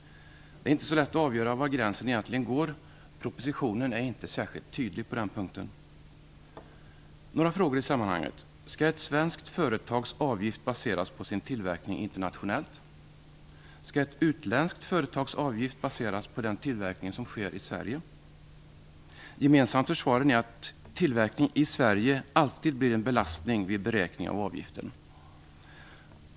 Det är inte så lätt att avgöra var gränsen egentligen går. Propositionen är inte särskilt tydlig på den punkten. Några frågor i sammanhanget: Skall ett svenskt företags avgift baseras på dess tillverkning internationellt? Skall ett utländskt företags avgift baseras på dess tillverkning i Sverige? Gemensamt för svaren är att tillverkning i Sverige alltid blir en belastning vid beräkning av avgiften.